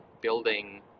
building